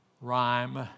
Rhyme